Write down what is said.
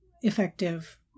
effective